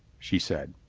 she said.